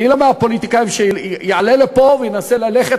אני לא מהפוליטיקאים שיעלו לפה וינסו ללכת